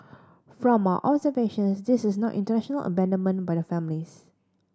from our observations this is not intentional abandonment by the families